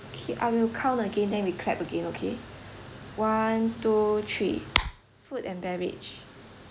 okay I will count again then we clap again okay one two three food and beverage